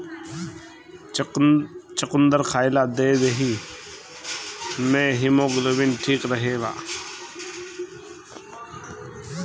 चुकंदर खइला से देहि में हिमोग्लोबिन ठीक रहेला